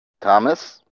Thomas